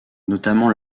notamment